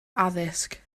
addysg